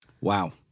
Wow